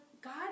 God